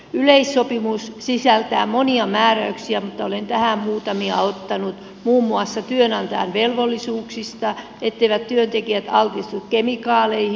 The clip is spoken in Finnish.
yleissopimus sisältää monia määräyksiä mutta olen tähän muutamia ottanut muun muassa työnantajan velvollisuuksista sen suhteen etteivät työntekijät altistu kemikaaleihin